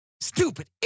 Stupid